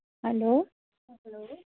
hello